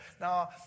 Now